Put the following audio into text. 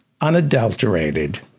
unadulterated